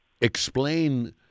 Explain